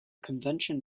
convention